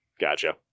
Gotcha